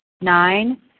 Nine